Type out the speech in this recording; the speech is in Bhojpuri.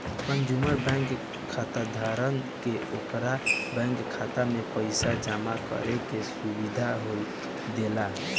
कंज्यूमर बैंक खाताधारक के ओकरा बैंक खाता में पइसा जामा करे के सुविधा देला